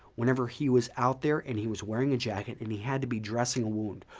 whenever he was out there and he was wearing a jacket and he had to be dressing a wound,